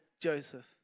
Joseph